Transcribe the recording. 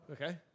Okay